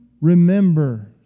remember